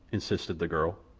insisted the girl.